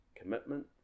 commitment